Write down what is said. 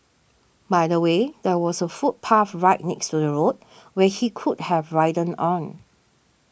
by the way there was a footpath right next to the road where he could have ridden on